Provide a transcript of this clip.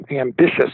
ambitious